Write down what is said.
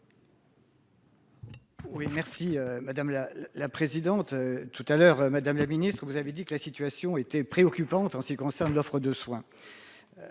merci madame, la la présidente tout à l'heure Madame la Ministre, vous avez dit que la situation était préoccupante en ce qui concerne l'offre de soins.